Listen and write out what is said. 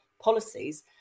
policies